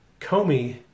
Comey